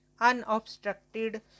unobstructed